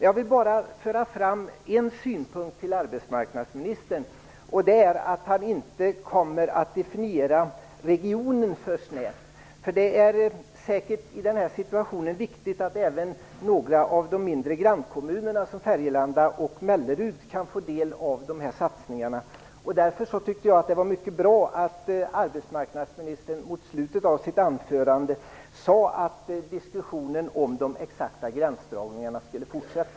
Jag vill dock framföra synpunkten att man inte bör definiera regionen för snävt. Det är viktigt att även några av de mindre grannkommunerna, exempelvis Färjelanda och Mellerud, får del av satsningarna. Det var bra att arbetsmarknadsministern mot slutet av sitt anförande sade att diskussionen om de exakta gränsdragningarna kommer att fortsätta.